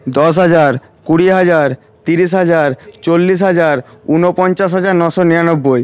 দশ হাজার কুড়ি হাজার তিরিশ হাজার চল্লিশ হাজার ঊনপঞ্চাশ হাজার নশো নিরানব্বই